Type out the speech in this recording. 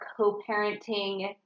co-parenting